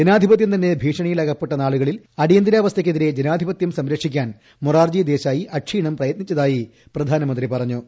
ജനാധിപത്യംതന്നെ ഭീഷണിയിൽ അകപ്പെട്ട നാളുകളിൽ അടിയന്തരാവസ്ഥക്കെതിരെ ജനാധിപത്യം സംരക്ഷിക്കാൻ മൊറാർജി ദേശായി അക്ഷീണം പ്രയത്നിച്ചതായി പ്രധാനമന്ത്രി പറഞ്ഞു